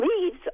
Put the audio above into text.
leaves